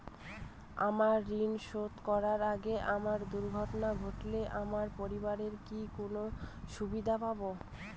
আমার ঋণ শোধ করার আগে আমার দুর্ঘটনা ঘটলে আমার পরিবার কি কোনো সুবিধে পাবে?